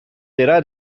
dirà